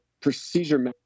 procedure